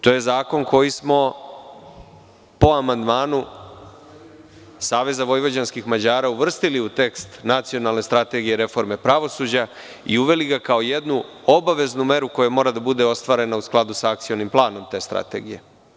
To je zakon koji smo po amandmanu SVM uvrstili u tekst Nacionalne strategije reforme pravosuđa i uveli ga kao jednu obaveznu meru koja mora da bude ostvarena u skladu sa akcionim planom te strategije.